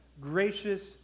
gracious